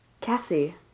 Cassie